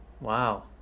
Wow